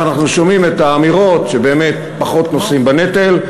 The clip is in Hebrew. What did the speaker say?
אנחנו שומעים את האמירות שבאמת פחות נושאים בנטל.